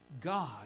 God